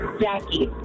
Jackie